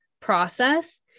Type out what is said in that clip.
process